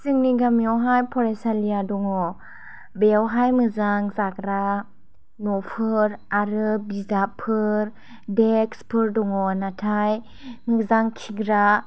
जोंनि गामियावहाय फरायसालिया दङ बेयावहाय मोजां जाग्रा न'फोर आरो बिजाबफोर देक्चफोर दङ नाथाय मोजां खिग्रा